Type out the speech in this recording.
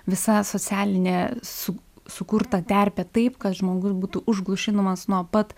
visa socialinė su sukurta terpė taip kad žmogus būtų užglušinamas nuo pat